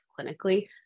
clinically